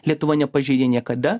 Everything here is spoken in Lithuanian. lietuva nepažeidė niekada